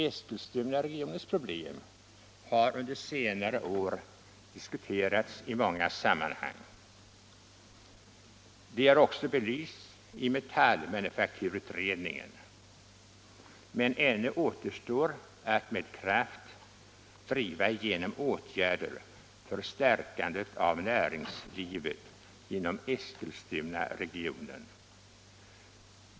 Eskilstunaregionens problem har under senare år diskuterats i många sammanhang. De har också belysts i metallmanufakturutredningen, men ännu återstår att med kraft driva igenom åtgärder för stärkandet av näringslivet inom Eskilstunaregionen.